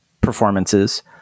performances